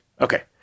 Okay